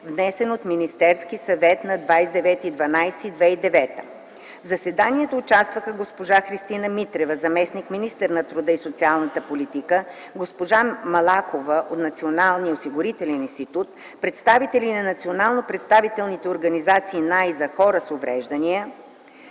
внесен от Министерския съвет на 29 декември 2009 г. В заседанието участваха госпожа Христина Митрева – заместник-министър на труда и социалната политика, госпожа Малакова от Националния осигурителен институт, представители на национално представителните организации на и за хора с увреждания,